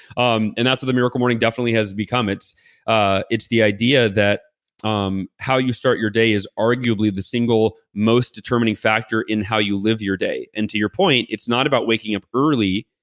um and that's what the miracle morning definitely has become. it's ah it's the idea that um how you start your day is arguably the single most determining factor in how you live your day. and to your point, it's not about waking up early,